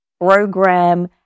program